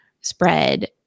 spread